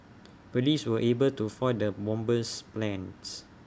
Police were able to foil the bomber's plans